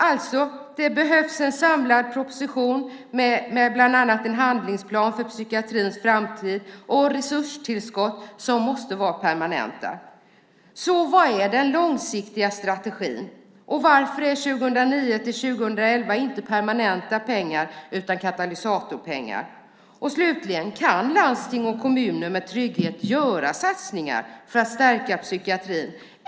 Det behövs alltså en samlad proposition, med bland annat en handlingsplan för psykiatrins framtid, och resurstillskott som måste vara permanenta. Vad är den långsiktiga strategin? Varför är det inte permanenta pengar utan katalysatorpengar 2009-2011? Och slutligen: Kan landsting och kommuner med trygghet göra satsningar för att stärka psykiatrin?